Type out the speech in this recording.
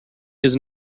his